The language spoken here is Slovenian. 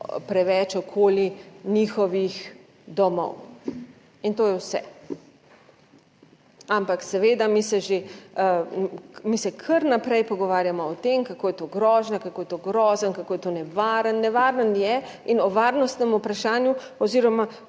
preveč okoli njihovih domov in to je vse. Ampak seveda, mi se že, mi se kar naprej pogovarjamo o tem, kako je to grožnja, kako je to grozno, kako je to nevaren. Nevaren je in o varnostnem vprašanju oziroma,